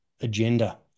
agenda